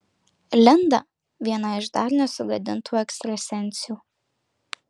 linda viena iš dar nesugadintų ekstrasensių